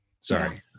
Sorry